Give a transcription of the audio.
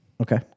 Okay